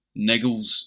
niggles